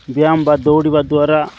ବ୍ୟାୟାମ ବା ଦୌଡ଼ିବା ଦ୍ୱାରା